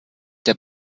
der